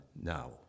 now